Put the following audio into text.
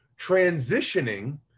transitioning